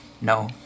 no